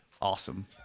Awesome